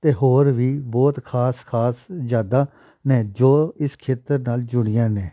ਅਤੇ ਹੋਰ ਵੀ ਬਹੁਤ ਖਾਸ ਖਾਸ ਯਾਦਾਂ ਨੇ ਜੋ ਇਸ ਖੇਤਰ ਨਾਲ ਜੁੜੀਆਂ ਨੇ